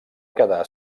quedar